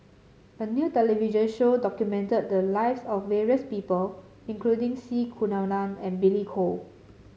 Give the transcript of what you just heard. a new television show documented the lives of various people including C Kunalan and Billy Koh